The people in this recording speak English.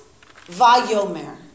Vayomer